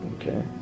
Okay